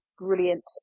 brilliant